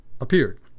appeared